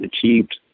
achieved